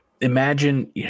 imagine